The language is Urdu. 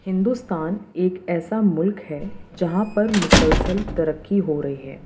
ہندوستان ایک ایسا ملک ہے جہاں پر مسلسل ترقی ہو رہی ہے